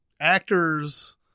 actors